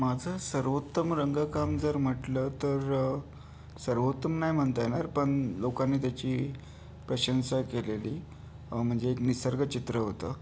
माझं सर्वोत्तम रंगकाम जर म्हटलं तर सर्वोत्तम नाही म्हणता येणार पण लोकांनी त्याची प्रशंसा केलेली म्हणजे एक निसर्ग चित्र होतं